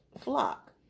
flock